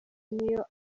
niyo